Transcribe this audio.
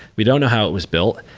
we don't know how it was built.